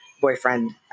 boyfriend